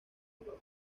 live